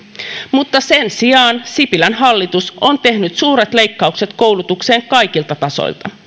mutta sipilän hallitus on tehnyt suuret leikkaukset koulutukseen kaikilta tasoilta